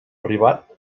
arribat